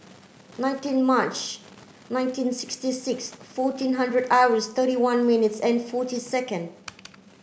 nineteen March nineteen sixty six fourteen hundred hours thirty one minutes and forty second